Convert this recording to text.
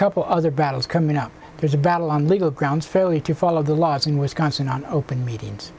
couple other battles coming up there's a battle on legal grounds fairly to follow the laws in wisconsin are open me